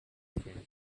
camp